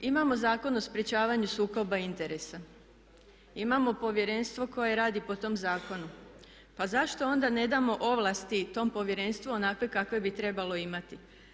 Imamo Zakon o sprječavanju sukoba interesa, imamo Povjerenstvo koje radi po tom zakonu, pa zašto onda ne damo ovlasti tom Povjerenstvu onakve kakve bi trebalo imati.